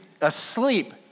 asleep